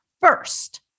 first